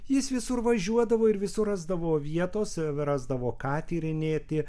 jis visur važiuodavo ir visur rasdavo vietos rasdavo ką tyrinėti